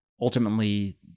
ultimately